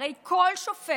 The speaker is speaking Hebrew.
הרי כל שופט